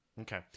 Okay